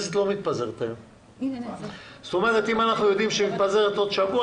אם אנחנו יודעים שהיא מתפזרת עוד שבוע,